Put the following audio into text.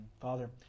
Father